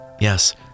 Yes